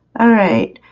alright